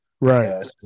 Right